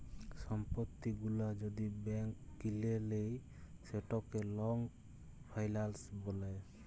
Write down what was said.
সম্পত্তি গুলা যদি ব্যাংক কিলে লেই সেটকে লং ফাইলাল্স ব্যলে